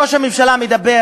ראש הממשלה מדבר